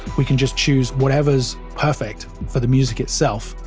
we can just choose whatever's perfect for the music itself,